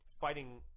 fighting